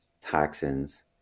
toxins